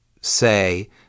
say